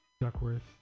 Duckworth